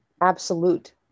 absolute